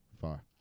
Far